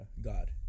God